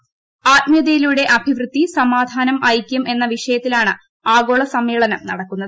ആത്മീയതയിലൂടെ അഭിവൃദ്ധി സമാധാനം ഐകൃം എന്ന് വിഷയത്തിലാണ് ആഗോള സമ്മേളനം നടക്കുന്നത്